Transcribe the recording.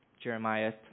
Jeremiah